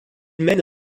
mène